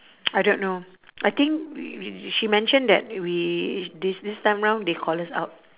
I don't know I think we we she mentioned that we this this time round they call us out